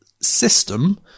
system